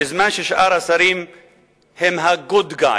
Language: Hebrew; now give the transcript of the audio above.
בזמן ששאר השרים הם ה-good guys.